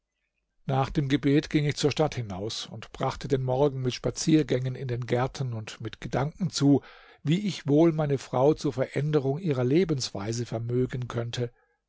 nach dem gebet ging ich zur stadt hinaus und brachte den morgen mit spaziergängen in den gärten und mit gedanken zu wie ich wohl meine frau zur veränderung ihrer lebensweise vermögen könnte